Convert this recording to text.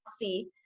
see